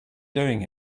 doing